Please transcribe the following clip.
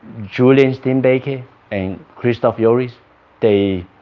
julien steenbeke and christoph joris they